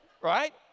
right